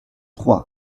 trente